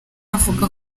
avuga